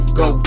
go